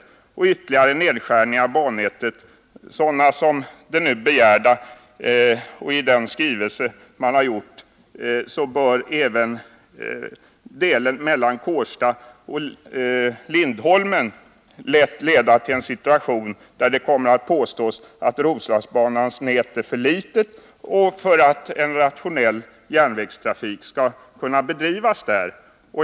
Ytterligare nedskärningar av bannätet — även av delen mellan Kårsta och Rimbo — sådana som de nu begärda och enligt den skrivelse som har avgivits kan lätt leda till en situation där det kommer att påstas att Roslagsbanans nät är för litet för att en rationell järnvägstrafik skall kunna bedrivas där.